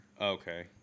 Okay